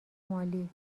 مالی